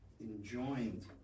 enjoined